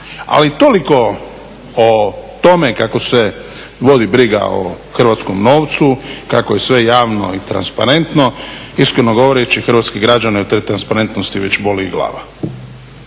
Ali toliko o tome kako se vodi briga o hrvatskom novcu kako je sve javno i transparentno. Iskreno govoreći hrvatske građane od te transparentnosti već boli i glava.